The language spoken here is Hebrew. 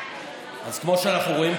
(חבר הכנסת שלמה קרעי יוצא מאולם המליאה.) אז כמו שאנחנו רואים פה,